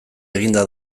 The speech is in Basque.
eginda